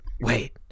Wait